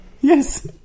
Yes